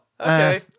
okay